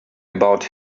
about